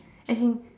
as in